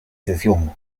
sesión